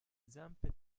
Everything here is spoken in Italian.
zampe